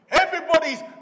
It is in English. everybody's